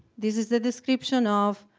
this is the description of